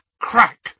crack